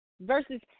versus